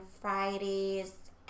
Fridays